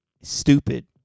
Stupid